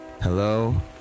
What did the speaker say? Hello